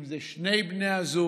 אם זה שני בני הזוג,